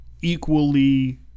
equally